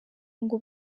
ngo